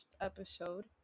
episode